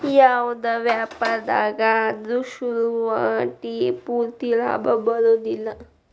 ಯಾವ್ದ ವ್ಯಾಪಾರ್ದಾಗ ಆದ್ರು ಶುರುವಾತಿಗೆ ಪೂರ್ತಿ ಲಾಭಾ ಬರೊದಿಲ್ಲಾ